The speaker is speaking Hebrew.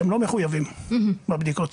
שהם לא מחויבים בבדיקות.